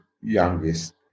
youngest